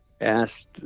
asked